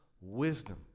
wisdom